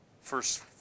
first